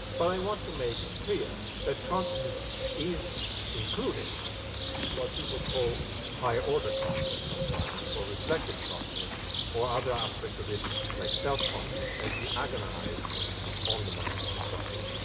but i want to make it clear that consciousness is including what people call higher order consciousness sometimes, or reflective consciousness or other aspects of it like self consciousness as we agonise, for instance, on the mind-body problem.